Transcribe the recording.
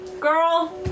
girl